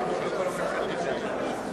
אני מכריז על הפסקה לכמה דקות,